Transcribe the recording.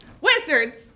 wizards